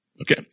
Okay